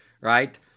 Right